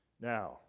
now